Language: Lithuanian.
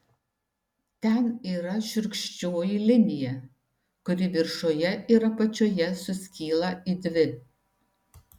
ten yra šiurkščioji linija kuri viršuje ir apačioje suskyla į dvi